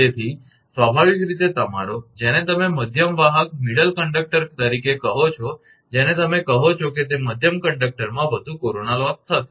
તેથી સ્વાભાવિક રીતે તમારો જેને તમે મધ્યમ વાહક તરીકે કહો છો જેને તમે કહો છો તે મધ્યમ કંડક્ટરમાં વધુ કોરોના લોસ થશે